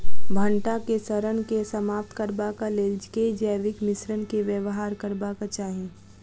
भंटा केँ सड़न केँ समाप्त करबाक लेल केँ जैविक मिश्रण केँ व्यवहार करबाक चाहि?